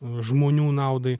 žmonių naudai